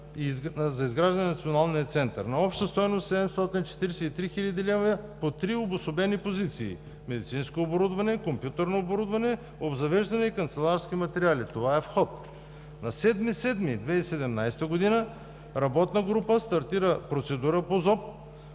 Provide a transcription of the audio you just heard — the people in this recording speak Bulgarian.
и изграждане на Националния център на обща стойност 743 хил. лв. по три обособени позиции: медицинско оборудване, компютърно оборудване, обзавеждане и канцеларски материали. Това е в ход. На 7 юли 2017 г. работна група стартира процедура по ЗОП